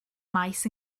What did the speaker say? maes